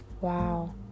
Wow